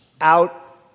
out